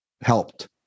helped